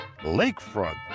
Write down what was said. lakefront